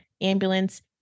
ambulance